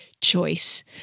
choice